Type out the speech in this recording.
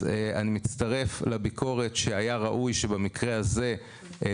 אני רק מקווה מאוד שרצון טוב ישתלם עם מעשים.